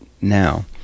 now